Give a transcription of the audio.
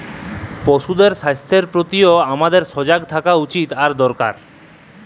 পশুদের স্বাস্থ্যের প্রতিও হামাদের সজাগ থাকা উচিত আর দরকার